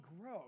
grow